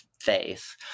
faith